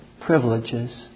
privileges